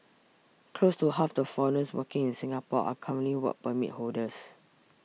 close to half the foreigners working in Singapore are currently Work Permit holders